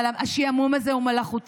אבל השעמום הזה הוא מלאכותי.